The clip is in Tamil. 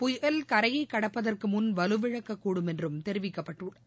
புயல் கரையைக் கடப்பதற்குமுன் வலுவிழக்கக்கூடும் என்றும் தெரிவிக்கப்பட்டுள்ளது